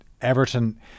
Everton